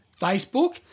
Facebook